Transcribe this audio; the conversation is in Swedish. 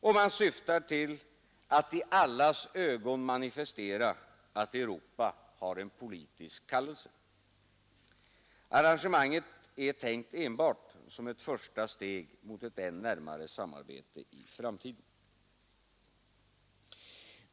Och man syftar till ”att i allas ögon manifestera att Europa har en politisk kallelse”. Arrangemanget är tänkt enbart som ett första steg mot ett än närmare samarbete i framtiden.